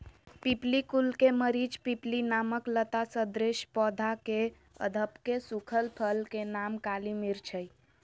पिप्पली कुल के मरिचपिप्पली नामक लता सदृश पौधा के अधपके सुखल फल के नाम काली मिर्च हई